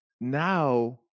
Now